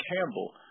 Campbell